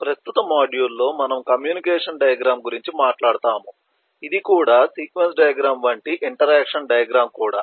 ప్రస్తుత మాడ్యూల్లో మనము కమ్యూనికేషన్ డయాగ్రమ్ గురించి మాట్లాడుతాము ఇది కూడా సీక్వెన్స్ డయాగ్రమ్ వంటి ఇంటరాక్షన్ డయాగ్రమ్ కూడా